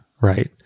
right